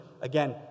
again